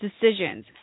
decisions